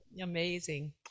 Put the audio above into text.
Amazing